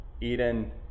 Eden